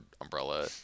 umbrella